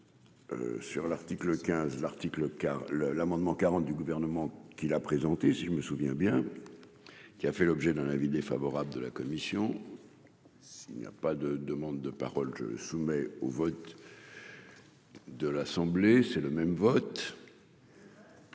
15 l'article car le l'amendement quarante du gouvernement qui l'a présenté, si je me souviens bien. Qui a fait l'objet d'un avis défavorable de la commission s'il n'y a pas de demandes de paroles je soumet au vote. De l'assemblée, c'est le même vote.